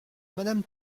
madame